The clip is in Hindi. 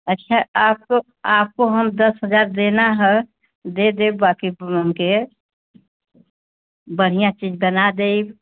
अच्छा आपको आपको हम दस हज़ार देना है दे देब बाँकी पूनम के बढ़ियाँ चीज़ बना देइब